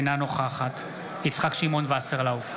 אינה נוכחת יצחק שמעון וסרלאוף,